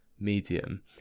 medium